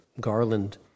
Garland